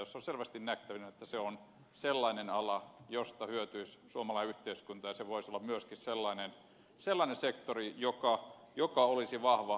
on selvästi nähtävissä että se on sellainen ala josta hyötyisi suomalainen yhteiskunta ja se voisi olla myöskin sellainen sektori joka olisi vahva vientisektori tulevaisuudessa